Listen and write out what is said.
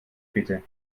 bitte